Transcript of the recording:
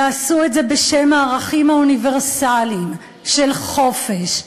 ועשו את זה בשם הערכים האוניברסליים של חופש,